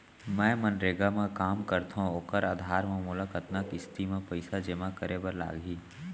मैं मनरेगा म काम करथो, ओखर आधार म मोला कतना किस्ती म पइसा जेमा करे बर लागही?